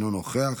אינו נוכח,